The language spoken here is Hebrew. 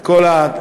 את כל התחקירים,